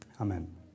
Amen